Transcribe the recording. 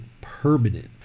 permanent